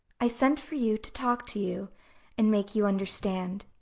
i sent for you to talk to you and make you understand.